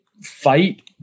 fight